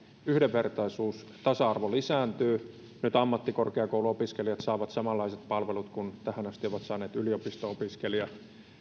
yhdenvertaisuus ja tasa arvo lisääntyvät nyt ammattikorkeakouluopiskelijat saavat samanlaiset palvelut kuin tähän asti ovat saaneet yliopisto opiskelijat